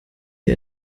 wir